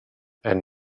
and